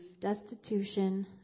destitution